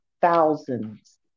thousands